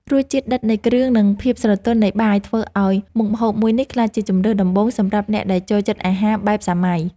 រសជាតិដិតនៃគ្រឿងនិងភាពស្រទន់នៃបាយធ្វើឱ្យមុខម្ហូបមួយនេះក្លាយជាជម្រើសដំបូងសម្រាប់អ្នកដែលចូលចិត្តអាហារបែបសម័យ។